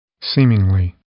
Seemingly